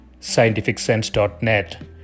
scientificsense.net